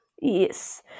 Yes